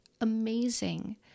amazing